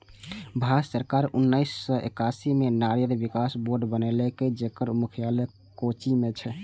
भारत सरकार उन्नेस सय एकासी मे नारियल विकास बोर्ड बनेलकै, जेकर मुख्यालय कोच्चि मे छै